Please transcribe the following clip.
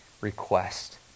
request